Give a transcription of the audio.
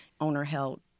owner-held